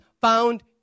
found